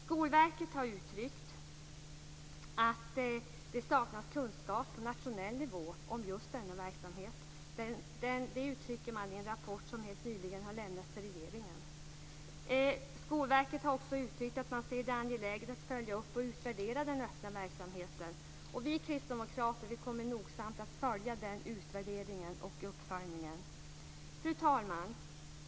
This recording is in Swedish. Skolverket har uttryckt att det saknas kunskap på nationell nivå om just denna verksamhet. Det uttrycker man i en rapport som helt nyligen har lämnats till regeringen. Skolverket har också uttryckt att man ser det som angeläget att följa upp och utvärdera den öppna verksamheten. Vi kristdemokrater kommer nogsamt att följa denna utvärdering och uppföljning. Fru talman!